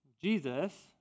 Jesus